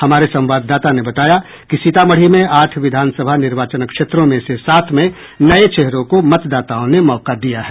हमारे संवाददाता ने बताया कि सीतामढ़ी में आठ विधानसभा निर्वाचन क्षेत्रों में से सात में नये चेहरों को मतदाताओं ने मौका दिया है